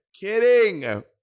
kidding